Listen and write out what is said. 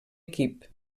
equip